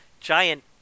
giant